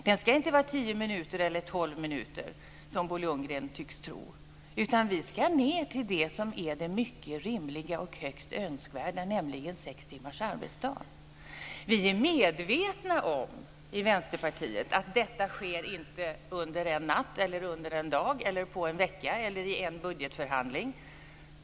Den ska inte vara tio eller tolv minuter som Bo Lundgren tycks tro, utan vi ska ned till det som är det mycket rimliga och högst önskvärda, nämligen sex timmars arbetsdag. Vi i Vänsterpartiet är medvetna om att detta inte sker under en natt, en dag, på en vecka eller i en budgetförhandling.